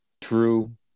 true